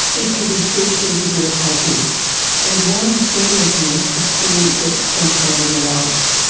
it it can be deeply debilitating and one in seven of you experience it sometime in your life.